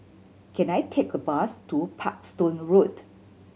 can I take a bus to Parkstone Road